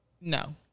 No